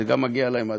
זה מגיע להם.